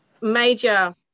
major